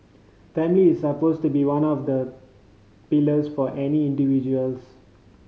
family is supposed to be one of the for any individuals